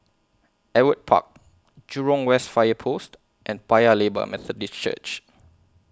Ewart Park Jurong West Fire Post and Paya Lebar Methodist Church